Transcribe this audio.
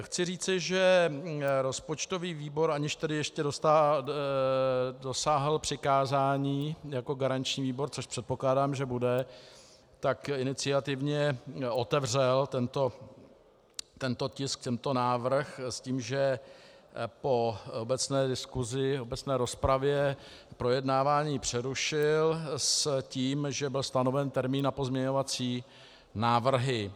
Chci říci, že rozpočtový výbor, aniž tedy dosáhl přikázání jako garanční výbor, což předpokládám, že bude, iniciativně otevřel tento tisk, tento návrh, s tím, že po obecné diskusi, obecné rozpravě projednávání přerušil s tím, že byl stanoven termín na pozměňovací návrhy.